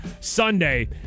Sunday